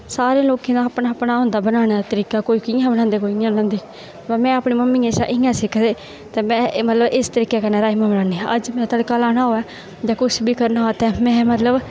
सारे लोकें दा अपना अपना होंदा बनाने दा तरीका कोई कि'यां बनांदा कोई कि'यां बनांदे पर में अपनी मम्मिया शा इ'यां सिक्खे दा ते में मतलब इस तरीके कन्नै राजमांह् बनाने हा राजमांह् गी तड़का लाना होऐ जां कुछ बी करना होऐ ते में मतलब